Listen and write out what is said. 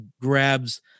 grabs